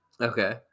Okay